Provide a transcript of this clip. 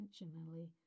intentionally